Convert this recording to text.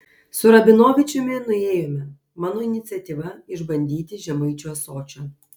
su rabinovičiumi nuėjome mano iniciatyva išbandyti žemaičių ąsočio